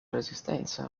resistenza